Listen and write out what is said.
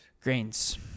grains